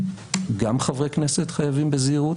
גם חברי כנסת חייבים בזהירות,